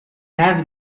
has